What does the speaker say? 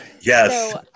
Yes